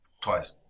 Twice